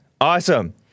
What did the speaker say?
Awesome